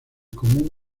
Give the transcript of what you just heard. común